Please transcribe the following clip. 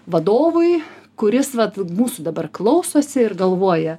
vadovui kuris vat mūsų dabar klausosi ir galvoja